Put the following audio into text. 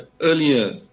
earlier